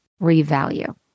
revalue